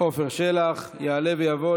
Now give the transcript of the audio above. עפר שלח, יעלה ויבוא.